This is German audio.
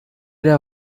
der